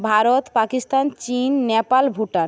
ভারত পাকিস্তান চীন নেপাল ভুটান